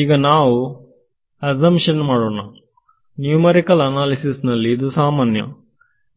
ಈಗ ನಾವು ಎಸಂಶನ್ ಮಾಡೋಣ ನ್ಯೂಮರಿಕಲ್ ಅನಾಲಿಸಿಸ್ ನಲ್ಲಿ ಇದು ಸಾಮಾನ್ಯ